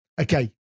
okay